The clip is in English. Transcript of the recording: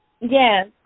Yes